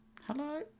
Hello